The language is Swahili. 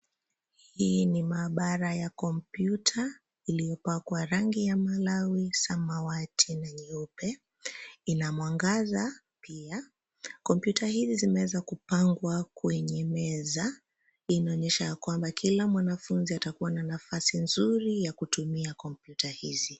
Hii ni maabara ya kompyuta iliopakwa rangi ya malawi, samawati na nyeupe. Ina mwangaza pia kompyuta hizi zime wezwa kupangwa kwenye meza. Inonyesha ya kwamba kila mwanafunzi atakuwa na nafasi nzuri ya kutumia kompyuta hizi.